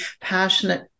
passionate